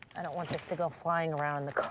i don't want this to go flying around in the